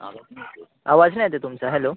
आवाज नाही येत आहे तुमचा हॅलो